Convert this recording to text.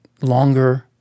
longer